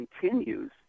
continues